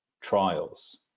trials